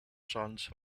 sands